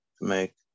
make